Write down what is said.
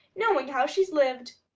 knowing how she's lived.